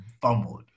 fumbled